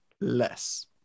less